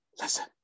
Listen